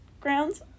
grounds